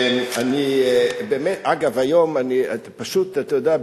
אגב, אתה יודע?